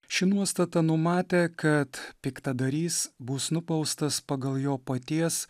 ši nuostata numatė kad piktadarys bus nubaustas pagal jo paties